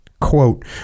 quote